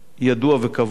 ידוע וקבוע,